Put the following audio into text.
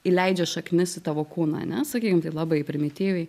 įleidžia šaknis į tavo kūną ane sakykim taip labai primityviai